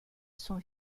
son